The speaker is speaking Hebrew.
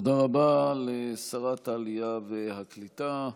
תודה רבה לשרת העלייה והקליטה.